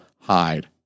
hide